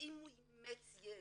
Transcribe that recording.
אם הוא אימץ ילד,